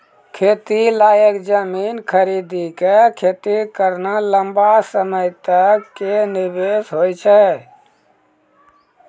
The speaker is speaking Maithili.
खेती लायक जमीन खरीदी कॅ खेती करना लंबा समय तक कॅ निवेश होय छै